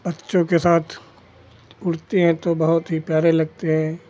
बच्चों के साथ उड़ते हैं तो बहुत ही प्यारे लगते हैं